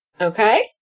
Okay